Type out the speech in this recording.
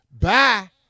Bye